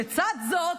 לצד זאת,